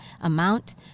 amount